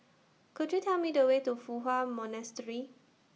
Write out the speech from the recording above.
Could YOU Tell Me The Way to Fu Hua Monastery